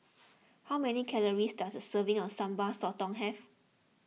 how many calories does a serving of Sambal Sotong have